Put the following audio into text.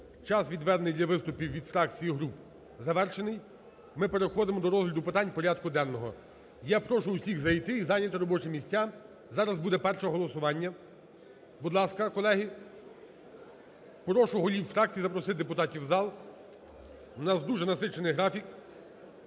час, відведений для виступів від фракцій і груп завершений. Ми переходимо до розгляду питань порядку денного. Я прошу всіх зайти і зайняти робочі місця, зараз буде перше голосування. Будь ласка, колеги, прошу голів фракцій запросити депутатів в зал, у нас дуже насичений графік,